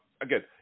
again